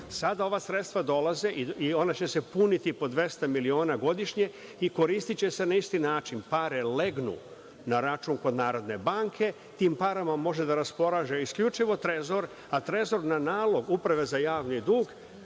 sada ova sredstva dolaze i ona će se puniti po dvesta miliona godišnje i koristiće se na isti način. Pare legnu na račun kod NBS, tim parama može da raspolaže isključivo Trezor, a Trezor na nalog Uprave za javni dug,